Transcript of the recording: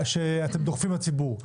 שאתם דוחפים לציבור.